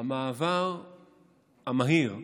המעבר המהיר,